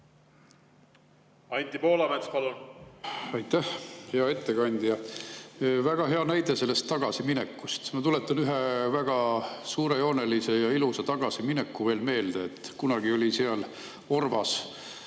Anti Poolamets, palun! Aitäh, hea ettekandja! Väga hea näide oli selle tagasimineku kohta. Ma tuletan ühe väga suurejoonelise ja ilusa tagasimineku veel meelde. Kunagi oli seal orvas